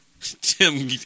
Tim